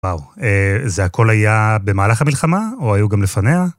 וואו. זה הכל היה במהלך המלחמה? או היו גם לפניה?